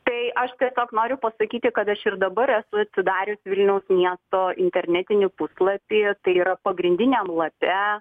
tai aš tiesiog noriu pasakyti kad aš ir dabar esu atsidarius vilniaus miesto internetinį puslapį tai yra pagrindiniam lape